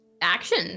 action